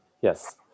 Yes